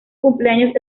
cumpleaños